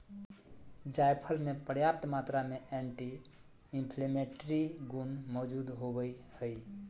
जायफल मे प्रयाप्त मात्रा में एंटी इंफ्लेमेट्री गुण मौजूद होवई हई